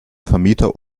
vermieter